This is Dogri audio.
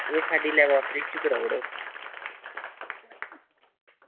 एह् साढ़ी लेबाट्री च कराई ओड़ो